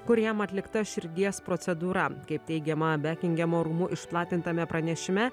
kur jam atlikta širdies procedūra kaip teigiama bekingemo rūmų išplatintame pranešime